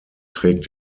trägt